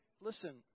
Listen